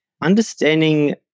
understanding